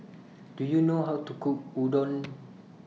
Do YOU know How to Cook Udon